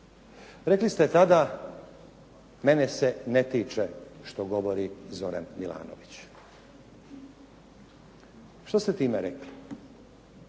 rekli ste tada mene se ne tiče što govori Zoran Milanović. Što ste time rekli?